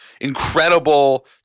incredible